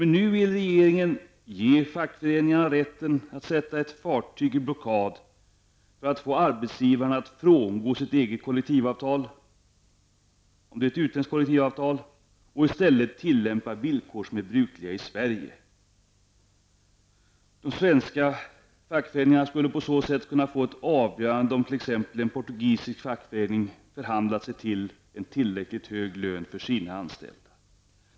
Nu vill emellertid regeringen ge fackföreningarna rätten att sätta ett fartyg i blockad för att tvinga arbetsgivarna att frångå sitt eget lands kollektivavtal och i stället tillämpa svenska villkor. De svenska fackföreningarna skulle på så sätt kunna få avgöra om t.ex. en portugisisk fackförening förhandlat sig till en tillräckligt hög lön för sina anställda.